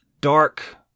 dark